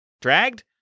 Dragged